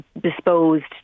disposed